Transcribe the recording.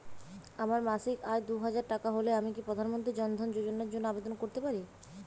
আমার মাসিক আয় দুহাজার টাকা হলে আমি কি প্রধান মন্ত্রী জন ধন যোজনার জন্য আবেদন করতে পারি?